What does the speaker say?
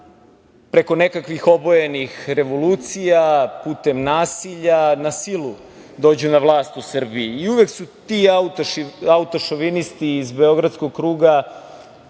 preko nekakvih obojenih revolucija, putem nasilja, na silu dođu na vlast u Srbiji. Uvek su ti autošovinisti iz beogradskog kruga,